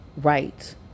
right